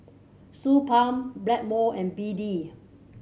Suu Balm Blackmores and B D